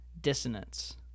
dissonance